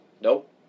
Nope